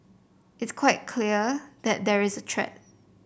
it's quite clear that there is a threat